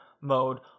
mode